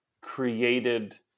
created